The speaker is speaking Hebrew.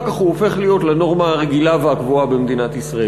כך הוא הופך להיות לנורמה הרגילה והקבועה במדינת ישראל.